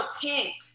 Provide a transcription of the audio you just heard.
pink